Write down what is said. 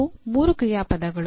ಇವು ಮೂರು ಕ್ರಿಯಾಪದಗಳು